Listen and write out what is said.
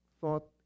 thought